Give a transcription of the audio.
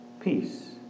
peace